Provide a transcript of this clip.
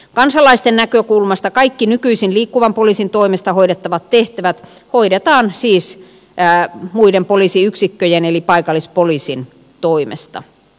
kansalaisten näkökulmasta kaikki nykyisin liikkuvan poliisin toimesta hoidettavat tehtävät hoidetaan siis muiden poliisiyksikköjen eli paikallispoliisin toimesta